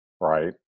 Right